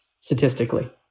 statistically